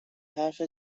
حرفت